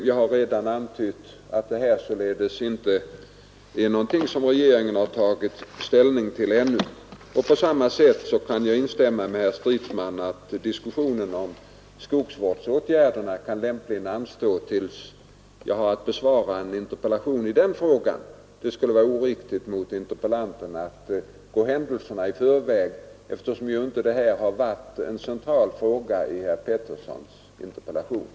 Jag har redan antytt att detta inte är någonting som regeringen ännu har tagit ställning till. Likaledes kan jag instämma i herr Stridsmans mening att diskussionen om skogsvårdsåtgärderna lämpligen bör anstå tills jag har att besvara en interpellation i ärendet. Det skulle vara oriktigt mot interpellanten att gå händelserna i förväg, eftersom den frågan ju inte är någon central punkt i herr Peterssons interpellation.